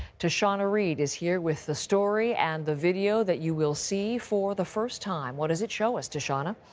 tashauna reid is here with the story and the video that you will see for the first time. what does it show us, tashauna?